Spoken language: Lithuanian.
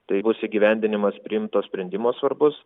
staigus įgyvendinimas priimto sprendimo svarbus